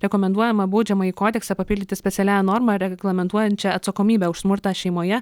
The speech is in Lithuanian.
rekomenduojama baudžiamąjį kodeksą papildyti specialiaja norma reglamentuojančia atsakomybę už smurtą šeimoje